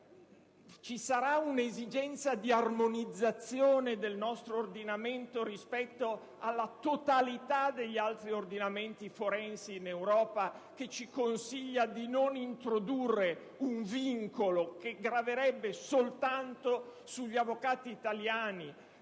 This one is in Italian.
percepire l'esigenza di armonizzare il nostro ordinamento rispetto alla totalità degli ordinamenti forensi in Europa, che ci consiglia di non introdurre un vincolo che graverebbe soltanto sugli avvocati italiani?